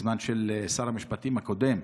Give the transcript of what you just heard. של שר המשפטים הקודם,